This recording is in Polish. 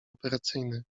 operacyjny